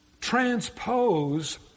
transpose